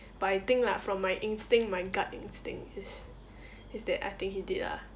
but I think lah from my instinct my gut instinct is is that I think he did ah